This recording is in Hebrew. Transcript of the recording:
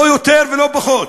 לא יותר ולא פחות,